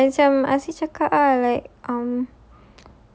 I say macam kasih cakap ah like um